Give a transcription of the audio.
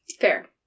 Fair